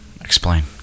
explain